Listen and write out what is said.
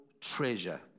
treasure